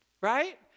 Right